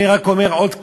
אני רק אומר עוד קצת,